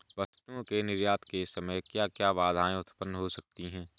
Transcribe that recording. वस्तुओं के निर्यात के समय क्या क्या बाधाएं उत्पन्न हो सकती हैं?